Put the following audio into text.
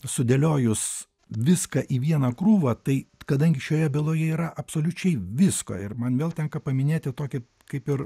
sudėliojus viską į vieną krūvą tai kadangi šioje byloje yra absoliučiai visko ir man vėl tenka paminėti tokį kaip ir